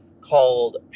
called